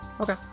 okay